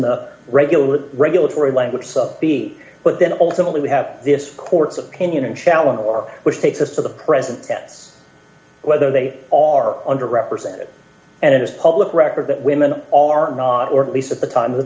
the regular regulatory language so b but then ultimately we have this court's opinion and challenge or which takes us to the present tense whether they are under represented and it is public record that women are not or at least at t